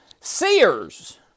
Sears